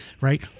right